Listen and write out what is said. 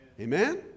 Amen